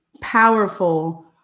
powerful